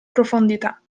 profondità